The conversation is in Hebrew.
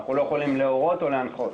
אנחנו לא יכולים להורות או להנחות.